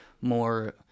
more